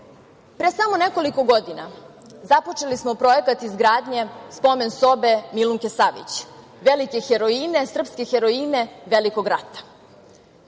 samo nekoliko godina započeli smo projekat izgradnje Spomen sobe Milunke Savić, velike heroine Velikog rata.